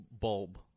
bulb